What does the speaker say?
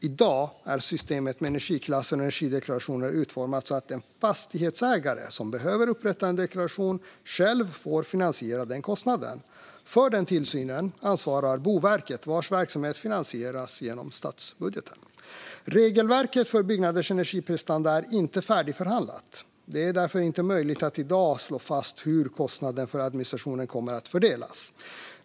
I dag är systemet med energiklasser och energideklarationer utformat så att den fastighetsägare som behöver upprätta en deklaration själv får finansiera den kostnaden. För tillsynen ansvarar Boverket, vars verksamhet finansieras genom statsbudgeten. Regelverket för byggnaders energiprestanda är inte färdigförhandlat. Det är därför inte möjligt att i dag slå fast hur kostnaden för administrationen kommer att fördelas.